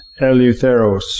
Eleutheros